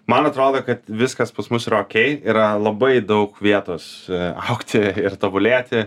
man atrodo kad viskas pas mus yra okei yra labai daug vietos augti ir tobulėti